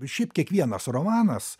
šiaip kiekvienas romanas